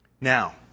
Now